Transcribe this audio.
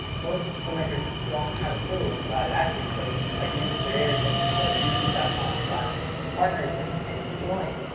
most filmmakers don't have a clue about it actually, so it's like news to their ears that you can go to youtube dot com slash partners and and join.